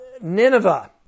Nineveh